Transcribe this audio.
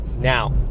Now